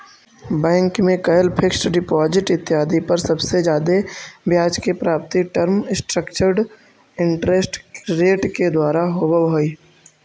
bank में कैल fixed deposit इत्यादि पर सबसे जादे ब्याज के प्राप्ति टर्म स्ट्रक्चर्ड इंटरेस्ट रेट के द्वारा होवऽ हई